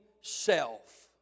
self